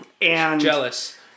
Jealous